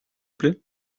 plaît